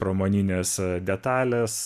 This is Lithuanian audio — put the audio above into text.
pramoninės detalės